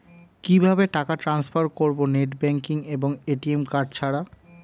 কিভাবে টাকা টান্সফার করব নেট ব্যাংকিং এবং এ.টি.এম কার্ড ছাড়া?